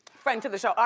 friend to the show, ah